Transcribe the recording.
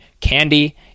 candy